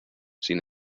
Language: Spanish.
sin